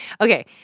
okay